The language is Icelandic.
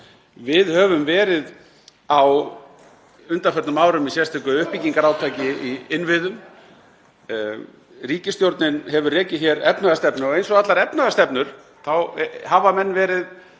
Við höfum verið á undanförnum árum í sérstöku uppbyggingarátaki í innviðum. Ríkisstjórnin hefur rekið efnahagsstefnu og eins og með allar efnahagsstefnur hafa menn verið